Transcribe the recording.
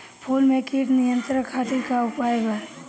फूल में कीट नियंत्रण खातिर का उपाय बा?